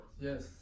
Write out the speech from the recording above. Yes